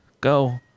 Go